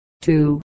two